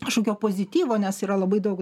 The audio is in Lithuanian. kažkokio pozityvo nes yra labai daug